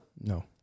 No